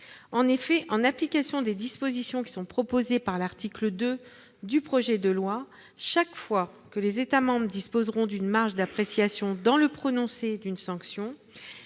En effet, en application des dispositions qui figurent à l'article 2, chaque fois que les États membres disposeront d'une marge d'appréciation dans le prononcé d'une sanction,